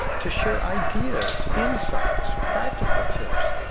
to share ideas, insights, practical tips,